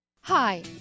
hi